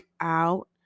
out